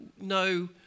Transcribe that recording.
no